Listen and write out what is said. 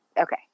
Okay